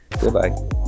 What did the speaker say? Goodbye